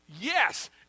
Yes